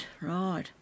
right